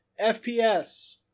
FPS